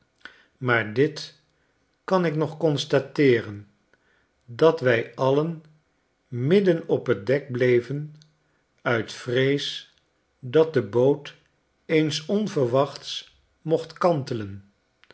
maar dit kan ik nog constateeren dat wy alien midden op t dek bleven uit vrees dat de boot eens onverwachts mocht kantelen